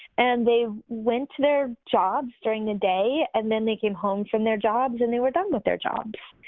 and they went to their jobs during the day and then they came home from their jobs and they were done with their jobs.